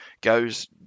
goes